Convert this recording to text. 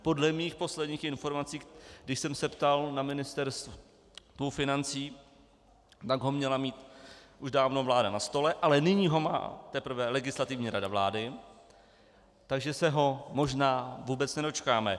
Podle mých posledních informací, když jsem se ptal na Ministerstvu financí, tak ho měla mít už vláda dávno na stole, ale nyní ho má teprve Legislativní rada vlády, takže se ho možná vůbec nedočkáme.